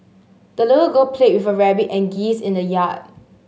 the little girl played with her rabbit and geese in the yard